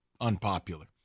unpopular